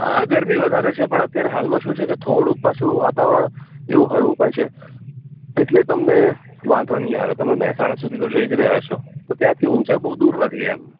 હા ગરમી વધારે છે પણ અત્યારે હાલમાં શું છે કે થોડુંક પાછું વાતાવરણ એવું હળવું પણ છે એટલે તમને વાંધો નહીં આવે તમે મહેસાણા સુધી તો જઈ જ રહ્યા છો તો ત્યાંથી ઊંઝા બહુ દૂર નથી એમ